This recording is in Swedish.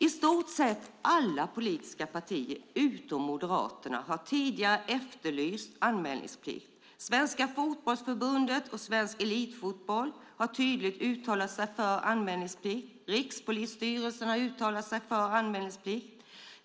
I stort sett alla politiska partier utom Moderaterna har tidigare efterlyst anmälningsplikt. Svenska Fotbollförbundet och Svensk Elitfotboll har tydligt uttalat sig för anmälningsplikt. Rikspolisstyrelsen har uttalat sig för anmälningsplikt.